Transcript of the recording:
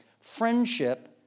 friendship